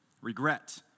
regret